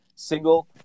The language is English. single